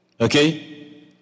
Okay